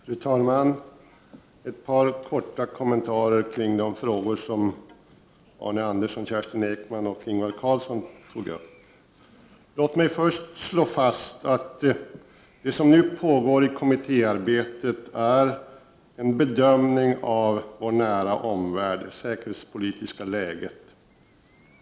Fru talman! Ett par korta kommentarer kring de frågor som Arne Andersson i Ljung, Kerstin Ekman och Ingvar Karlsson i Bengtsfors tog upp. Låt mig först slå fast att det som nu pågår i kommittéarbetet är en bedömning av det säkerhetspolitiska läget i vår nära omvärld.